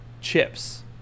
chips